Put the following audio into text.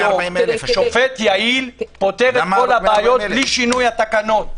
שופט יעיל פותר את כל הבעיות בלי שינוי התקנות.